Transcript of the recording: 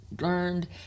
learned –